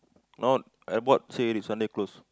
no airport say already Sunday close